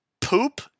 poop